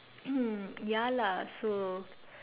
hmm ya lah so